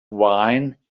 wine